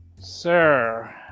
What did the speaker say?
Sir